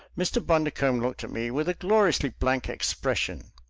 mr. bundercombe looked at me with a gloriously blank expression.